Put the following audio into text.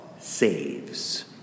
saves